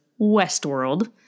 Westworld